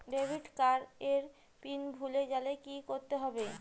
Debit card এর pin ভুলে গেলে কি করতে হবে?